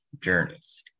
journeys